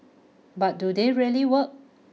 but do they really work